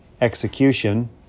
execution